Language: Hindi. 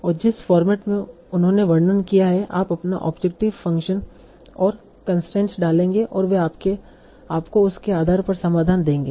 और जिस फॉर्मेट में उन्होंने वर्णन किया है आप अपना ऑब्जेक्टिव फंक्शन और कंसट्रेन्स डालेंगे और वे आपको उसके आधार पर समाधान देंगे